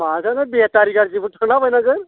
माजोंनो बेटारि गारिजोंनो थांला बायनांगोन